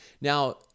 Now